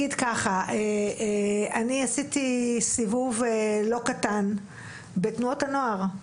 אני עשיתי סיבוב לא קטן בתנועות הנוער,